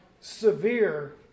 severe